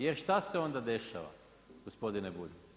Jer šta se onda dešava, gospodine Bulj?